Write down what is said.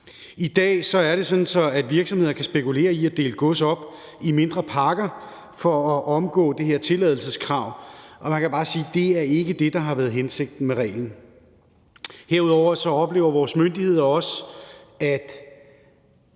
I dag er det sådan, at virksomheder kan spekulere i at dele gods op i mindre pakker for at omgå det her tilladelseskrav, og man kan bare sige, at det ikke er det, der har været hensigten med reglen. Herudover oplever vores myndigheder også, at